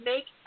Make